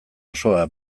osoa